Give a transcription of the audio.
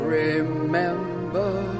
remember